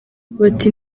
bati